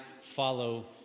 follow